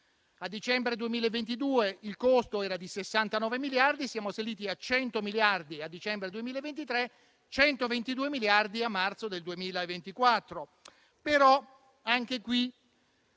A dicembre 2022 il costo era di 69 miliardi: siamo saliti a 100 miliardi a dicembre 2023 e a 122 miliardi a marzo del 2024.